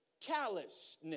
callousness